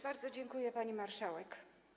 Bardzo dziękuję, pani marszałek.